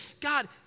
God